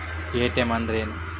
ATM ಅಂದ್ರ ಏನು?